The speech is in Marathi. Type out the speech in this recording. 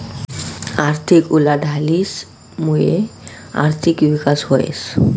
आर्थिक उलाढालीस मुये आर्थिक विकास व्हस